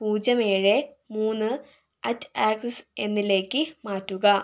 പൂജ്യം ഏഴ് മൂന്ന് അറ്റ് ആക്സിസ് എന്നതിലേക്ക് മാറ്റുക